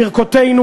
את ברכותינו,